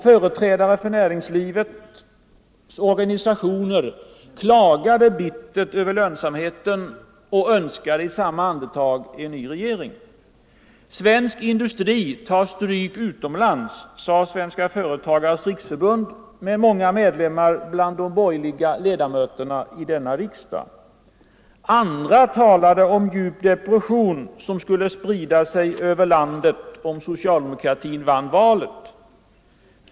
Företrädare för näringslivets organisationer klagade bittert över den dåliga lönsamheten och önskade i samma andetag en ny regering. Svensk industri tar stryk utomlands, sade Svenska företagares riksförbund med många medlemmar bland de borgerliga ledamöterna i denna riksdag. Andra talade om att djup depression skulle sprida sig i landet om socialdemokratin vann valet.